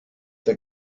der